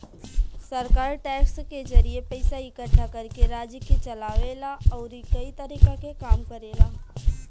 सरकार टैक्स के जरिए पइसा इकट्ठा करके राज्य के चलावे ला अउरी कई तरीका के काम करेला